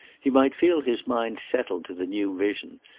he might feel his mind settled to the new vision,